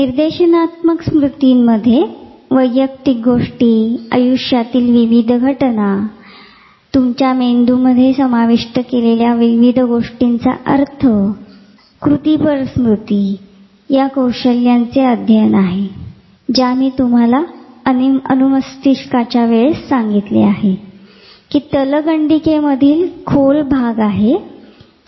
निर्देशनात्मक स्मृती वैयक्तिक गोष्टी आयुष्यातील विविध घटना तुमच्या मेंदू यंत्रणेमध्ये समाविष्ट केलेला विविध गोष्टींचा अर्थ कृतीपर स्मृती या कौशल्य अध्ययन आहे ज्या मी तुम्हाला अनुमस्तिष्कामध्ये सांगितले कि हा तल गंडीकेमधील खोल भाग आहे